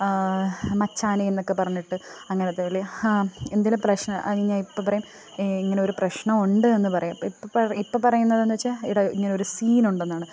മച്ചാനെ എന്നൊക്കെ പറഞ്ഞിട്ട് അങ്ങനത്തെ വിളി എന്തെങ്കിലും പ്രശ്നമോ അല്ലെങ്കില് ഇപ്പോള് പറയും ഇങ്ങനെയൊരു പ്രശ്നമുണ്ട് എന്ന് പറയും ഇപ്പോള് പറ ഇപ്പോള് പറയുന്നത് എന്ന് വെച്ചാല് എടാ ഇങ്ങനെയൊരു സീനുണ്ടെന്നാണ്